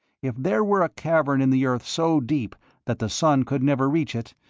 if there were a cavern in the earth so deep that the sun could never reach it,